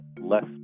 less